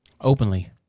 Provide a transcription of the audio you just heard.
Openly